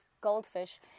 Goldfish